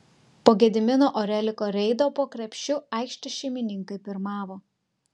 po gedimino oreliko reido po krepšiu aikštės šeimininkai pirmavo